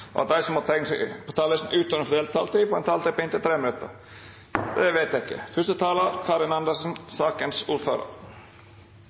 og at de som måtte tegne seg på talerlisten utover den fordelte taletid, får en taletid på inntil 3 minutter. – Det anses vedtatt. Som sakens ordfører vil jeg